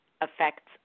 affects